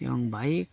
এবং বাইক